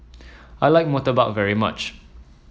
I like murtabak very much